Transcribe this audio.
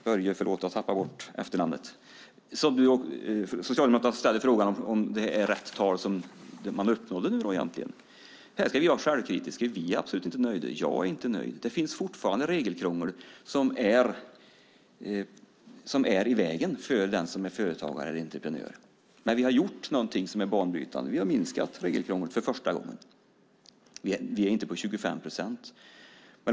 Börje från Socialdemokraterna - förlåt, jag har tappat bort efternamnet - frågar om det är rätt tal som uppnåtts. Vi ska, som sagt, vara självkritiska, för vi - alltså inte heller jag - är absolut inte nöjda. Fortfarande finns det regelkrångel i vägen för företagaren eller entreprenören. Men vi har gjort någonting som är banbrytande. Vi har nämligen för första gången minskat regelkrånglet, men minskningen ligger inte på 25 procent. Herr talman!